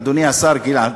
אדוני השר גלעד,